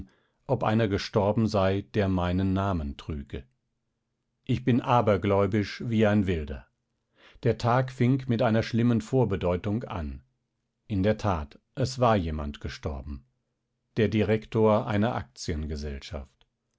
ob einer gestorben sei der meinen namen trüge ich bin abergläubisch wie ein wilder der tag fing mit einer schlimmen vorbedeutung an in der tat es war jemand gestorben der direktor einer